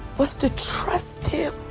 was to trust him,